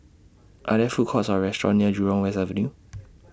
Are There Food Courts Or restaurants near Jurong West Avenue